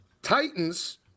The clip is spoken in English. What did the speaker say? Titans